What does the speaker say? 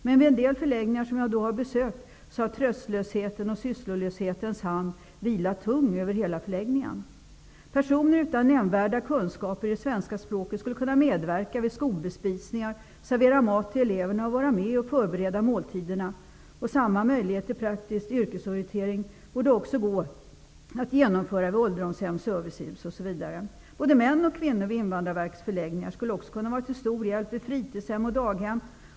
Men vid en del förläggningar som jag har besökt har tröstlöshetens och sysslolöshetens hand vilat tung över hela förläggningen. Personer utan nämnvärda kunskaper i svenska språket skulle kunna medverka vid skolbespisningar, servera mat till eleverna och vara med och förbereda måltiderna. Samma möjlighet till praktisk yrkesorientering borde också gå att erbjuda vid ålderdomshem, servicehus osv. Både män och kvinnor vid Invandrarverkets förläggningar skulle också kunna vara till stor hjälp vid fritidshem och daghem.